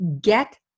get